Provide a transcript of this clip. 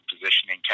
positioning